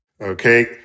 okay